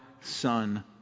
Son